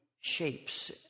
shapes